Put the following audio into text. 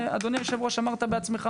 אדוני היו"ר, אמרת בעצמך